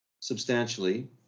substantially